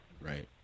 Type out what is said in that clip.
Right